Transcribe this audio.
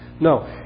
No